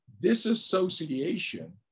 Disassociation